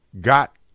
got